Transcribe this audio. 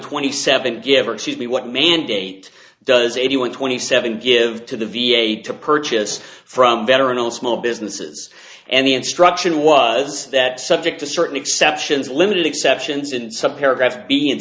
twenty seven give me what mandate does eighty one twenty seven give to the v a to purchase from veteran and small businesses and the instruction was that subject to certain exceptions limited exceptions in some paragraph b and